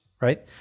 right